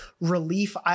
relief